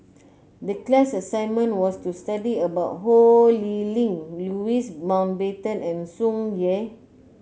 the class assignment was to study about Ho Lee Ling Louis Mountbatten and Tsung Yeh